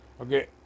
Okay